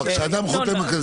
כשאדם חותם,